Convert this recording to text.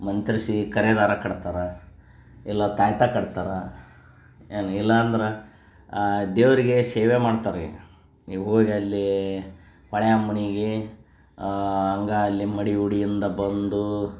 ಮಂತ್ರಿಸಿ ಕರಿ ದಾರ ಕಟ್ತಾರೆ ಇಲ್ಲ ತಾಯ್ತಿ ಕಟ್ತಾರೆ ಏನೂ ಇಲ್ಲಾಂದ್ರೆ ದೇವರಿಗೆ ಸೇವೆ ಮಾಡ್ತಾರೆ ರೀ ಈಗ ಹೋಗಿ ಅಲ್ಲಿ ಹೊಳೆ ಅಮ್ಮನಿಗೆ ಹಂಗ ಅಲ್ಲಿ ಮಡಿ ಉಡಿಯಿಂದ ಬಂದು